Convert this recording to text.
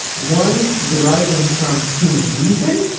one deriving from human reason,